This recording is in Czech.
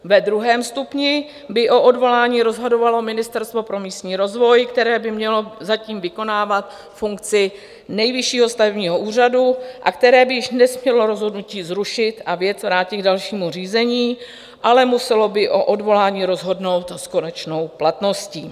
Ve druhém stupni by o odvolání rozhodovalo Ministerstvo pro místní rozvoj, které by mělo zatím vykonávat funkci Nejvyššího stavebního úřadu a které by již nesmělo rozhodnutí zrušit a věc vrátit k dalšímu řízení, ale muselo by o odvolání rozhodnout s konečnou platností.